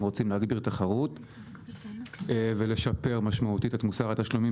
רוצים להגביר תחרות ולשפר משמעותית את מוסר התשלומים